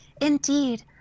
Indeed